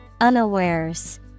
unawares